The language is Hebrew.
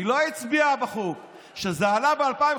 אני מדבר על במות בארץ